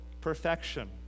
perfection